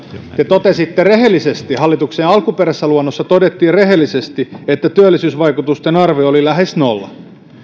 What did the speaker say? te totesitte rehellisesti hallituksen alkuperäisessä luonnoksessa todettiin rehellisesti että työllisyysvaikutusten arvio oli lähes nolla